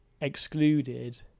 excluded